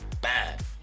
Bad